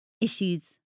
issues